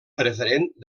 preferent